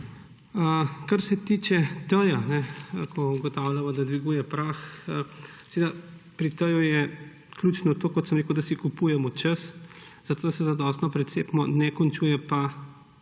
Kar se tiče T, ko ugotavljamo, da dviguje prah, seveda pri T je ključno to, kot sem rekel, da si kupujemo čas, zato da se zadostno precepimo. Ne končuje pa